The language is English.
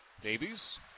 Davies